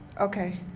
Okay